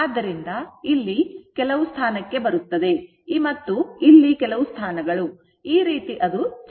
ಆದ್ದರಿಂದ ಇಲ್ಲಿ ಕೆಲವು ಸ್ಥಾನಕ್ಕೆ ಬರುತ್ತದೆ ಇಲ್ಲಿ ಕೆಲವು ಸ್ಥಾನಗಳು ಈ ರೀತಿ ಅದು ಚಲಿಸುತ್ತದೆ